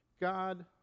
God